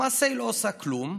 למעשה היא לא עושה כלום.